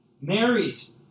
Mary's